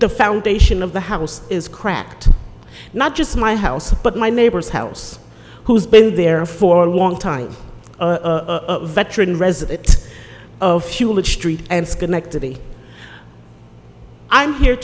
the foundation of the house is cracked not just my house but my neighbor's house who's been there for a long time a veteran resident of hewlett street and schenectady i'm here